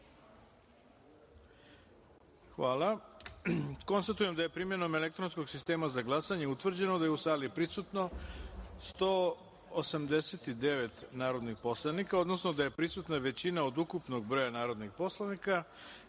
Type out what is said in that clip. Hvala. Konstatujem da je primenom elektronskog sistema za glasanje utvrđeno da je u sali prisutno 189 narodnih poslanika, odnosno da je prisutna većina od ukupnog broja narodnih poslanika